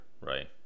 Right